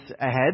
ahead